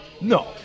No